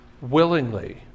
willingly